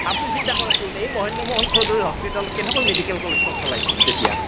আপুনি চিন্তা কৰকচোন এই মহেন্দ্ৰ মোহন চৌধুৰী হস্পিতেল কেনেকৈ মেডিকেল কলেজখন চলাইছিল তেতিয়া